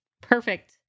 perfect